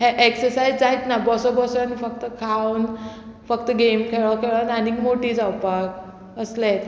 हे एक्सरसायज जायत ना बसो बसोन फक्त खावन फक्त गेम खेळो खेळोन आनीक मोटी जावपाक असलेच